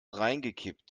reingekippt